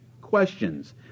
questions